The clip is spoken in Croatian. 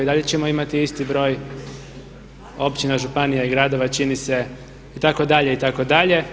I dalje ćemo imati isti broj općina, županija i gradova čini se itd., itd.